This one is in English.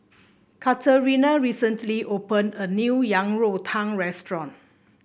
Katerina recently opened a new Yang Rou Tang restaurant